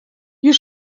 you